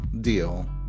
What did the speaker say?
deal